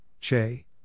CHE